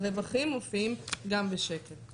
הרווחים מופיעים גם בשקף .